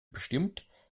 bestimmt